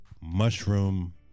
Mushroom